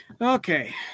Okay